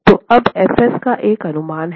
तो अब fs का एक अनुमान है